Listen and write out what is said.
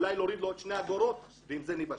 אולי להוריד לו את שתי אגורות ועם זה ניוושע.